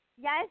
Yes